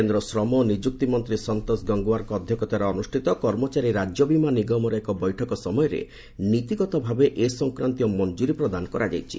କେନ୍ଦ୍ର ଶ୍ରମ ଓ ନିଯୁକ୍ତି ମନ୍ତ୍ରୀ ସନ୍ତୋଷ ଗଙ୍ଗୱରଙ୍କ ଅଧ୍ୟକ୍ଷତାରେ ଅନୁଷ୍ଠିତ କର୍ମଚାରୀ ରାଜ୍ୟ ବିମା ନିଗମର ଏକ ବୈଠକ ସମୟରେ ନୀତିଗତ ଭାବେ ଏ ସଂକ୍ରାନ୍ତୀୟ ମଞ୍ଜୁରୀ ପ୍ରଦାନ କରାଯାଇଛି